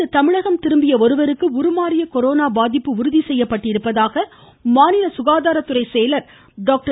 பிரிட்டனிலிருந்து தமிழகம் திரும்பிய ஒருவருக்கு உருமாறிய கொரோனா பாதிப்பு உறுதி செய்யப்பட்டுள்ளதாக மாநில சுகாதாரத்துறை செயலர் டாக்டர்